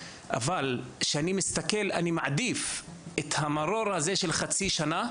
אבל אני מעדיף את המרור הזה של חצי שנה,